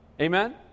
Amen